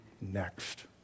next